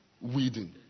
weeding